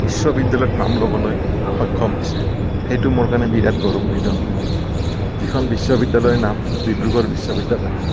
বিশ্ববিদ্যালয়ত নাম লবলৈ সক্ষম হৈছে সেইটো মোৰ কাৰণে বিৰাট গৌৰৱান্বিত যিখন বিশ্ববিদ্যালয়ৰ নাম ডিব্ৰুগড় বিশ্ববিদ্যালয়